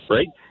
Right